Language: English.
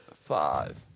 five